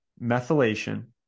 methylation